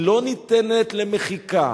היא לא ניתנת למחיקה,